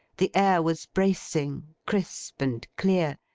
the air was bracing, crisp, and clear.